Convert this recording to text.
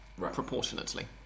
proportionately